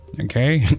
okay